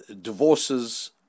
divorces